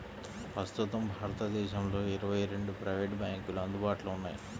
ప్రస్తుతం భారతదేశంలో ఇరవై రెండు ప్రైవేట్ బ్యాంకులు అందుబాటులో ఉన్నాయి